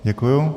Děkuju.